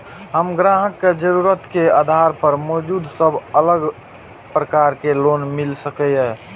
हम ग्राहक के जरुरत के आधार पर मौजूद सब अलग प्रकार के लोन मिल सकये?